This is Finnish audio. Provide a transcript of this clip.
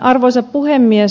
arvoisa puhemies